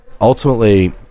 ultimately